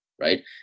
right